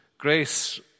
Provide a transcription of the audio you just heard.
Grace